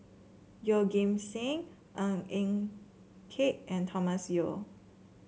Yeoh Ghim Seng Ng Eng Kee and Thomas Yeo